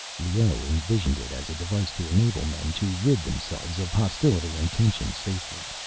leoh envisioned it as a device to enable men to rid themselves of hostility and tension safely.